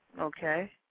Okay